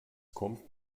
kommt